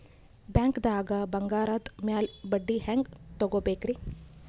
ಬ್ಯಾಂಕ್ದಾಗ ಬಂಗಾರದ್ ಮ್ಯಾಲ್ ಬಡ್ಡಿ ಹೆಂಗ್ ತಗೋಬೇಕ್ರಿ?